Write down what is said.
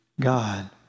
God